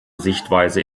sichtweise